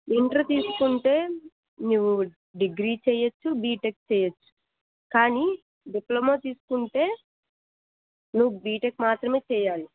inter తీసుకుంటే నువ్వు degree చేయవచ్చు బీటెక్ చేయవచ్చు కానీ డిప్లమా తీసుకుంటే నువ్వు బీటెక్ మాత్రమే చేయాలి